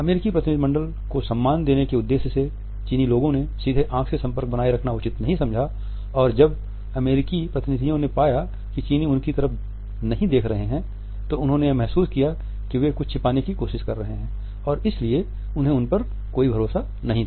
अमेरिकी प्रतिनिधि मंडल को सम्मान देने के उद्देश्य से चीनी लोगो ने सीधे आँख से संपर्क बनाए रखना उचित नहीं समझा और जब अमेरिकी प्रतिनिधियों ने पाया कि चीनी उनकी तरफ नहीं देख रहे हैं तो उन्होंने यह महसूस किया कि वे कुछ छिपाने की कोशिश कर रहे हैं और इसलिए उन्हें उन पर कोई भरोसा नहीं था